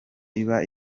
iba